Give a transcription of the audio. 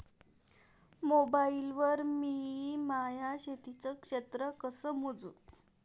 Mobile वर मी माया शेतीचं क्षेत्र कस मोजू?